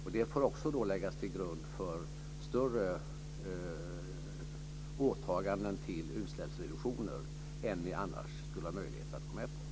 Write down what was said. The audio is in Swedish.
Det får då också läggas till grund för större åtaganden om utsläppsreduktioner än vi annars skulle ha möjlighet att gå med på.